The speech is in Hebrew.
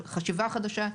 חשיבה חדשה,